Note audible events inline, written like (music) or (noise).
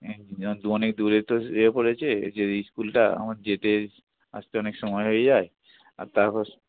(unintelligible) অনেক দূরে তো ইয়ে পড়েছে যে স্কুলটা আমার যেতে আসতে অনেক সময় হয়ে যায় আর তারপর